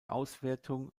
auswertung